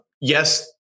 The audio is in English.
Yes